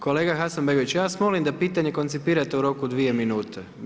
Kolega Hasanbegović, ja vas molim da pitanje koncipirate u roku od 2 minute.